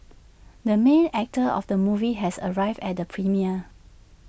the main actor of the movie has arrived at the premiere